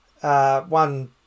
one